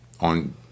on